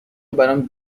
برام